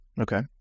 Okay